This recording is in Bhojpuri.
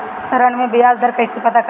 ऋण में बयाज दर कईसे पता करब?